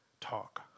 talk